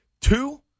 Two